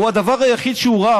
הדבר היחיד שהוא ראה,